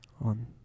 on